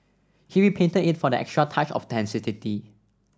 he repainted it for that extra touch of authenticity